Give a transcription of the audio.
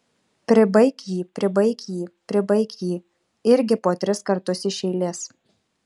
pribaik jį pribaik jį pribaik jį irgi po tris kartus iš eilės